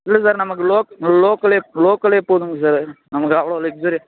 இல்லை சார் நமக்கு லோ லோக்கலே லோக்கலே போதுங்கள் சார் நமக்கு அவ்வளோ லக்ஸரி